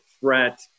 threat